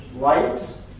lights